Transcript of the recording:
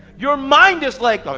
your mind is like, like